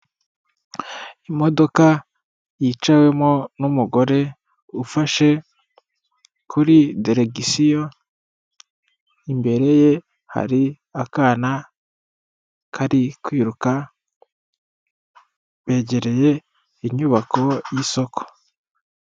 Imodoka yicawemo n'umugore ufashe kuri deregisiyo, imbere ye hari akana kari kwiruka begereye inyubako y'isoko.